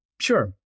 sure